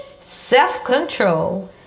self-control